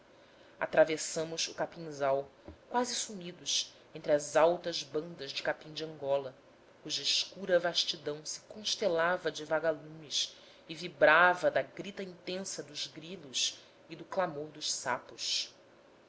o capinzal quase sumidos entre as altas bandas de capim dangola cuja escura vastidão se constelava de vaga lumes e vibrava da grita intensa dos grilos e do clamor dos sapos